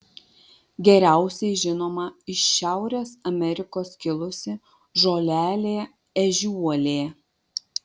geriausiai žinoma iš šiaurės amerikos kilusi žolelė ežiuolė